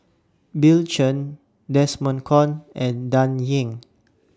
Bill Chen Desmond Kon and Dan Ying